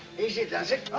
easy does it.